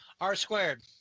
R-squared